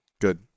Good